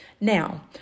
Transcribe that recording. Now